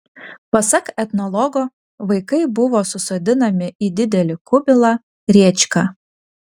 pasak etnologo vaikai buvo susodinami į didelį kubilą rėčką